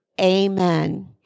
Amen